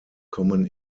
kommen